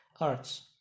Arts